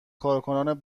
کارکنان